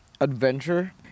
adventure